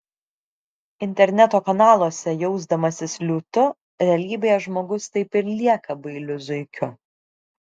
interneto kanaluose jausdamasis liūtu realybėje žmogus taip ir lieka bailiu zuikiu